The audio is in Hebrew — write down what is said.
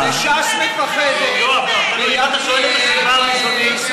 מרצ מפחדת מבחירות?